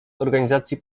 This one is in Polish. organizacji